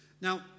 Now